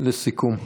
לסיכום.